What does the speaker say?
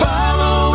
Follow